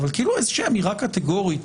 איזה אמירה קטגורית